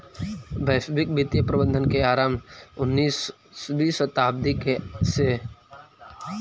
वैश्विक वित्तीय प्रबंधन के आरंभ उन्नीसवीं शताब्दी के आरंभ से होलइ